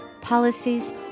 policies